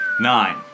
Nine